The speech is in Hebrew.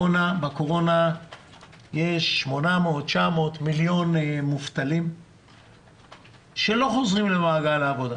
בגלל הקורונה יש כ-800,000-900,000 מובטלים שלא חוזרים למעגל העבודה.